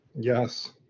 Yes